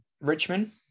Richmond